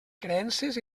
creences